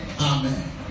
Amen